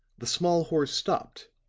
the small horse stopped,